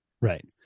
Right